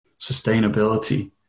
sustainability